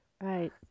Right